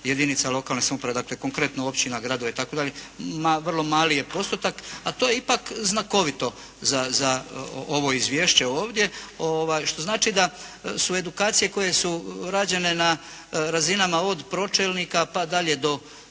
jedinica lokalne samouprave. Dakle, konkretno općina, gradova itd. Ma vrlo mali je postotak, a to je ipak znakovito za ovo izvješće ovdje. Što znači da su edukacije koje su rađene na razinama od pročelnika pa dalje do